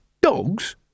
Dogs